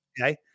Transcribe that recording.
Okay